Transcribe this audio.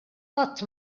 qatt